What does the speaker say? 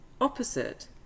opposite